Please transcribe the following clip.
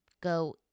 go